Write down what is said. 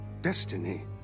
destiny